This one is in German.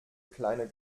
kleine